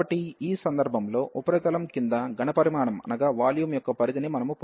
కాబట్టి ఈ సందర్భంలో ఉపరితలం కింద ఘన పరిమాణం యొక్క పరిధిని మనము పొందుతాము